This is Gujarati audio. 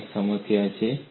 આ એક સમસ્યા છે